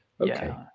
okay